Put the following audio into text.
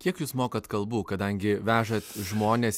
kiek jūs mokat kalbų kadangi vežat žmones